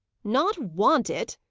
not want it!